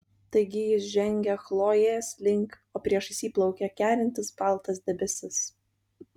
taigi jis žengia chlojės link o priešais jį plaukia kerintis baltas debesis